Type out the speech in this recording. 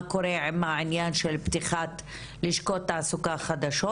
קורה עם העניין של פתיחת לשכות תעסוקה חדשות.